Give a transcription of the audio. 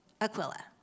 Aquila